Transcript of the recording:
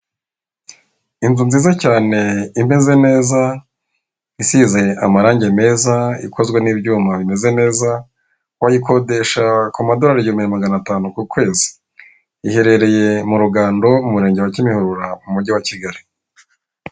Inzu nziza cyane imeze neza, isize amarange meza, ikozwe n'ibyuma bimeze neza, wayikodesha ku madorari ibihumbi magana atanu ku kwezi. Iherereye mu Rugando mu murenge wa Kimihurura mu mujyi wa Kigali.